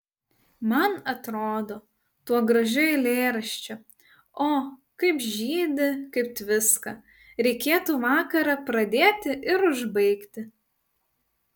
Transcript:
man atrodo tuo gražiu eilėraščiu o kaip žydi kaip tviska reikėtų vakarą pradėti ir užbaigti